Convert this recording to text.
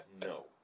No